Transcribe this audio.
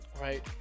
right